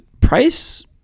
price